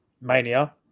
Mania